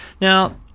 Now